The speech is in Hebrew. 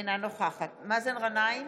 אינה נוכחת מאזן גנאים,